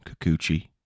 Kikuchi